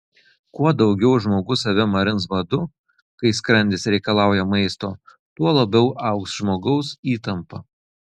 kuo daugiau žmogus save marins badu kai skrandis reikalauja maisto tuo labiau augs žmogaus įtampa